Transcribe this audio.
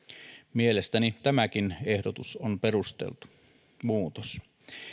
mielestäni tämäkin ehdotus on perusteltu muutos